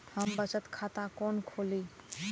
हम बचत खाता कोन खोली?